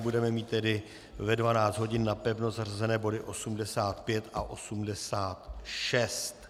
Budeme mít tedy ve 12 hodin napevno zařazené body 85 a 86.